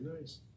nice